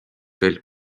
veel